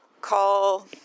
call